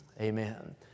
Amen